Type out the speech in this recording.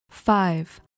Five